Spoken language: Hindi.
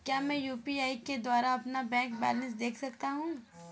क्या मैं यू.पी.आई के द्वारा अपना बैंक बैलेंस देख सकता हूँ?